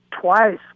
twice